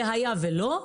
והיה ולא,